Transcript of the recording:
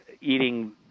eating